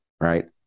right